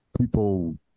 people